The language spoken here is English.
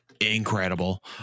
incredible